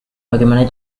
bagaimana